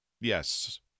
Yes